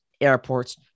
airports